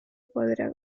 podrá